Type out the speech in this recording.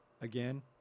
again